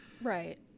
Right